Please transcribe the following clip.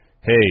Hey